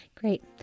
great